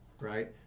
right